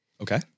Okay